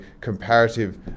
comparative